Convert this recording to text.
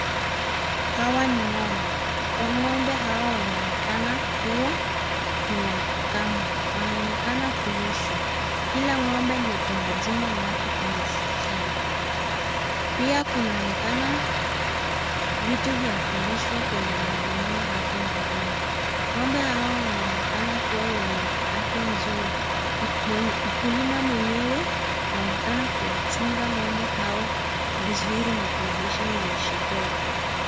Hawa ni ng'ombe. Ng'ombe hawa wanaonekana kuwa ni wa kukamwa. Wanaonekana kulishwa. Kila ng'ombe liko na jina lake kwenye sikio. Pia kunaonekana vitu vya kulishwa kwenye magunia hapo mbeleni. Ng'ombe hawa wanaonekana kuwa wenye afya nzuri. Mkulima mwenyewe anaonekana kuwachunga ng'ombe hawa vizuri na kuwalisha na lishe bora.